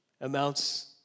amounts